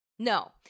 No